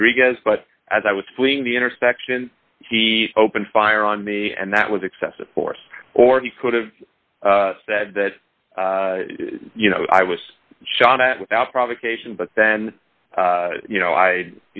rodriguez but as i was fleeing the intersection he opened fire on me and that was excessive force or he could have said that you know i was shot at without provocation but then you know i